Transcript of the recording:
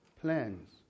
plans